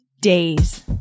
days